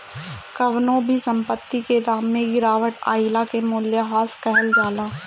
कवनो भी संपत्ति के दाम में गिरावट आइला के मूल्यह्रास कहल जाला